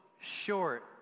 short